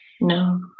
No